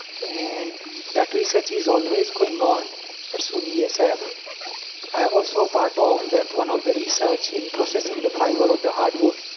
and that research is always going on at suny-esf. i am also a part of that, one of the research in processing the fiber of the hardwood.